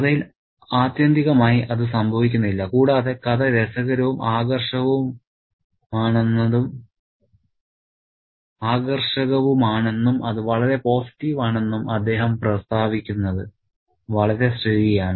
കഥയിൽ ആത്യന്തികമായി അത് സംഭവിക്കുന്നില്ല കൂടാതെ കഥ രസകരവും ആകർഷകവുമാണെന്നും അത് വളരെ പോസിറ്റീവ് ആണെന്നും അദ്ദേഹം പ്രസ്താവിക്കുന്നത് വളരെ ശരിയാണ്